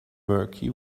murky